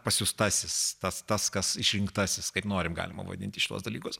pasiųstasis tas tas kas išrinktasis kaip norim galima vadinti šiuos dalykus